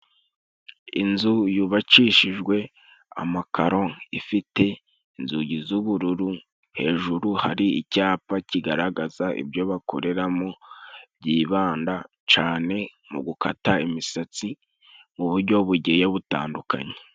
Inzu yubakishijwe amakaro, ifite inzugi z'ubururu hejuru hari icyapa kigaragaza ibyo bakoreramo byibanda cane mu gukata imisatsi mu bujyo bugiye butandukanye.